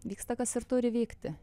vyksta kas ir turi vykti